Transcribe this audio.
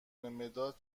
مداد